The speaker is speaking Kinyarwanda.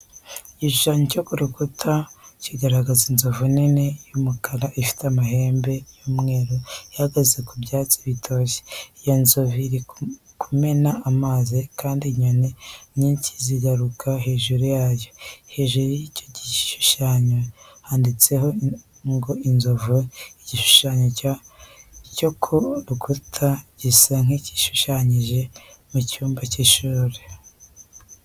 Igishushanyo cyo ku rukuta kigaragaza inzovu nini y'umukara ifite amahembe y'umweru ihagaze ku byatsi bitoshye. Iyo nzovu iri kumena amazi, kandi inyoni nyinshi ziguruka hejuru yayo. Hejuru y'icyo gishushanyo, handitseho ngo:"INZOVU." Igishushanyo cyo ku rukuta gisa nk'igishushanyije ku cyumba cy'ishuri.